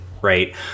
right